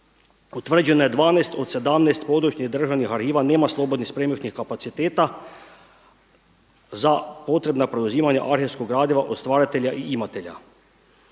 utvrđeno je 12 od 17 područnih državnih arhiva nema slobodnih spremišnih kapaciteta za potrebno preuzimanja arhivskog gradiva od stvaratelja i imatelja.